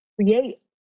create